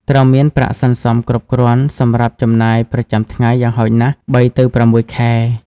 ត្រូវមាន ប្រាក់សន្សំគ្រប់គ្រាន់ សម្រាប់ចំណាយប្រចាំថ្ងៃយ៉ាងហោចណាស់ ៣ ទៅ ៦ ខែ។